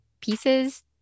pieces